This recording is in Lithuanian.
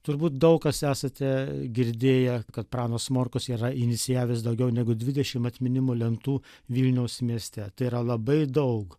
turbūt daug kas esate girdėję kad pranas morkus yra inicijavęs daugiau negu dvidešim atminimo lentų vilniaus mieste tai yra labai daug